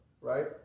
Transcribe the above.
Right